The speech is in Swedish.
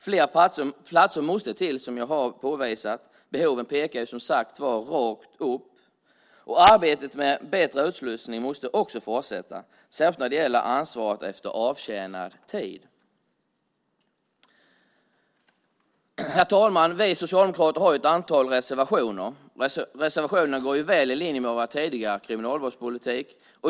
Fler platser måste till, som jag har påvisat - behoven pekar rakt upp, som sagt var. Arbetet med bättre utslussning måste fortsätta, särskilt när det gäller ansvaret efter avtjänad tid. Herr talman! Vi socialdemokrater har ett antal reservationer, och de går väl i linje med vår tidigare kriminalvårdspolitik.